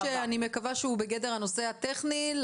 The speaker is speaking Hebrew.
זה נושא שאני מקווה שהוא בגדר הנושא הטכני,